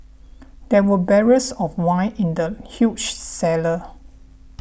there were barrels of wine in the huge cellar